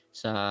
sa